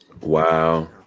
Wow